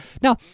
Now